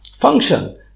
function